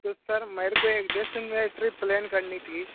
तो सर मेरे को एक जैसलमेर ट्रिप प्लैन करनी थी